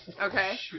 Okay